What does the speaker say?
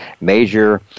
Major